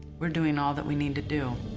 we're doing all that we need to do.